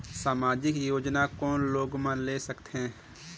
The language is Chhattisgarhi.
समाजिक योजना कोन लोग मन ले सकथे?